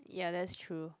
ya that's true